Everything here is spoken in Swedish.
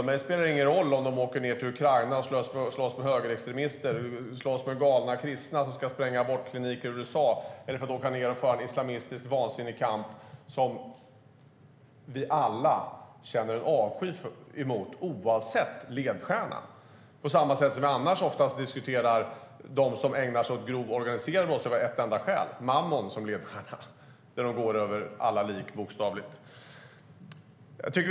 För mig spelar det ingen roll om de åker till Ukraina och slåss tillsammans med högerextremister, om de slåss tillsammans med galna kristna som ska spränga abortkliniker i USA eller om de vill föra en islamistisk, vansinnig kamp som vi alla känner avsky emot. Det är inte ledstjärnan som är det viktiga. Vi diskuterar ofta grov organiserad kriminalitet som har mammon som enda ledstjärna när man bokstavligen går över lik.